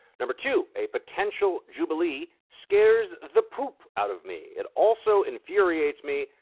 number two, a potential jubilee scares the poop out of me. it also infuriates me.